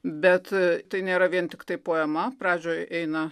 bet tai nėra vien tiktai poema pradžioj eina